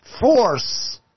force